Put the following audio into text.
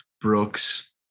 Brooks